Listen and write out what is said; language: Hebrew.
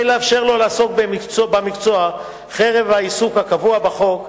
לאפשר לו לעסוק במקצוע חרף האיסור הקבוע בחוק,